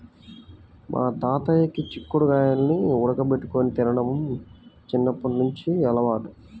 మా తాతయ్యకి చిక్కుడు గాయాల్ని ఉడకబెట్టుకొని తినడం చిన్నప్పట్నుంచి అలవాటు